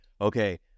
Okay